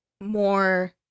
more